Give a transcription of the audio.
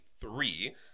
three